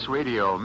Radio